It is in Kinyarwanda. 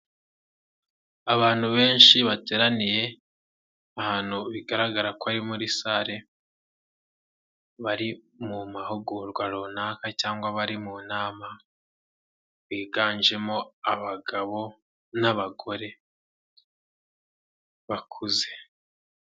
Abantu benshi bateraniye ahantu bigaragara ko ari muri sale bari mu mahugurwa runaka cyangwa bar biganjemo abagabo n'abagore bakuze.